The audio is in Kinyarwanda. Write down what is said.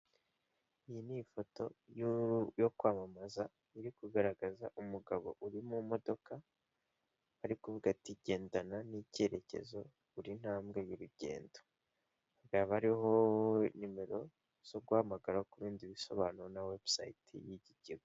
Iyi ni ifoto yo kwamamaza iri kugaragaza umugabo uri mu modoka arikuvuga ati gendana n'icyerekezo buri ntambwe y'urugendo, byaba ariho nimero zo guhamagara ku bindi bisobanuro na website yiki kigo.